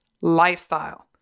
lifestyle